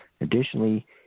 Additionally